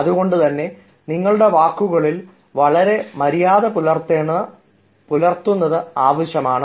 അതുകൊണ്ടുതന്നെ നിങ്ങളുടെ വാക്കുകളിൽ വളരെ മര്യാദ പുലർത്തുന്നത് ആവശ്യമാണ്